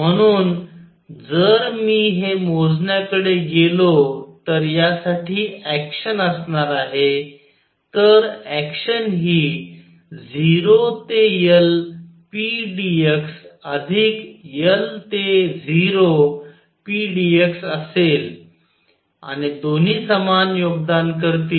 म्हणून जर मी हे मोजण्या कडे गेलो तर यासाठी एक्शन असणार आहे तर एक्शन हि 0 ते L p dx अधिक L ते 0 p dx असेल आणि दोन्ही समान योगदान करतील